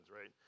right